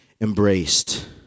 embraced